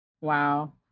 Wow